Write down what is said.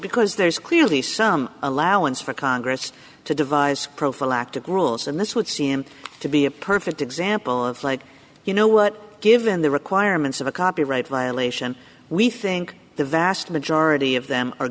because there's clearly some allowance for congress to devise prophylactic rules and this would seem to be a perfect example of like you know what given the requirements of a copyright violation we think the vast majority of them are